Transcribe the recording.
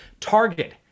Target